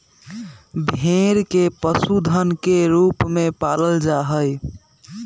भेड़ के पशुधन के रूप में पालल जा हई